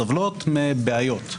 סובלות מבעיות.